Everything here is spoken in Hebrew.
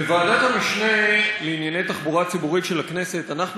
בוועדת המשנה לענייני תחבורה ציבורית של הכנסת אנחנו